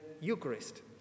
Eucharist